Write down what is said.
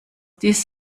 this